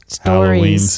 Halloween